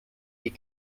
die